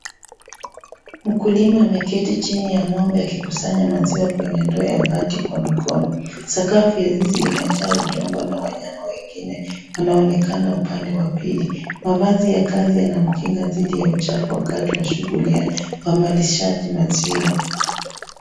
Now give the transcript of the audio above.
Mkulima ameketi chini ya ng'ombe akikusanya maziwa kwenye ndoo ya bati kwa mikono, sakafu ya zizi imejaa udongo na wanyama wengine wanaonekana upande wa pili, mavazi ya kazi yanamkinga didhi ya uchafu wakati wa shuguli ya umalisaji maziwa.